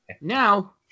Now